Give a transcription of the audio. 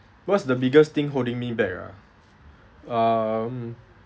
what's the biggest thing holding me back ah um